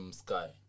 sky